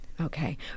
Okay